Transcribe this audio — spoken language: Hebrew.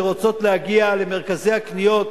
שרוצות להגיע למרכזי הקניות,